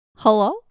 Hello